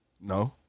No